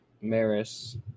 Maris